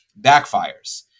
backfires